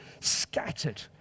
scattered